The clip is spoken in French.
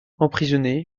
emprisonné